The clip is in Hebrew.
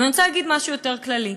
אבל אני רוצה להגיד משהו יותר כללי,